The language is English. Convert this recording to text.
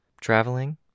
Traveling